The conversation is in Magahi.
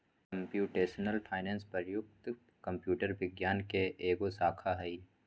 कंप्यूटेशनल फाइनेंस प्रयुक्त कंप्यूटर विज्ञान के एगो शाखा हइ